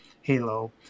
Halo